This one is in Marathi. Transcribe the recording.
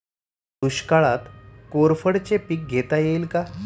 दुष्काळात कोरफडचे पीक घेता येईल का?